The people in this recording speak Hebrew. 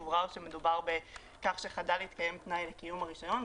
הובהר שמדובר בכך שחדל להתקיים תנאי לקיום הרישיון.